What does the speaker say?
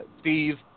Steve